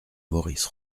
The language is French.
maurice